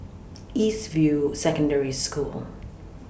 East View Secondary School